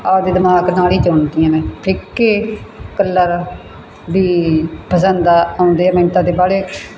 ਆਪਦੇ ਦਿਮਾਗ ਨਾਲ ਹੀ ਚੁਣਦੀ ਹਾਂ ਮੈਂ ਫਿੱਕੇ ਕਲਰ ਵੀ ਪਸੰਦ ਆ ਆਉਂਦੇ ਆ ਮੈਨੂੰ ਤਾਂ ਦੇ ਬਾਹਲੇ